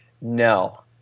No